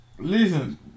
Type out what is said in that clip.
Listen